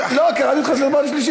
לא, לא, לא, קראתי אותך לסדר פעם שלישית.